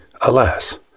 alas